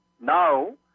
Now